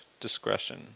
discretion